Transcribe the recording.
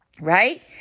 Right